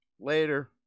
Later